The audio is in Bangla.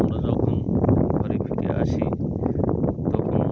আমরা যখন ঘরে ফিরে আসি তখন